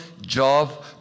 job